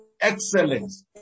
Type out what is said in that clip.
excellence